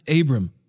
Abram